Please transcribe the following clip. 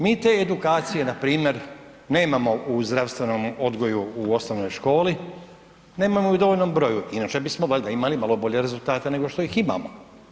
Mi te edukacije npr. nemamo u zdravstvenom odgoju u osnovnoj školi, nemamo je u dovoljnom broju, inače bismo valjda imali malo bolje rezultate nego što ih imamo.